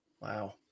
Wow